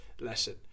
lesson